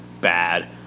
bad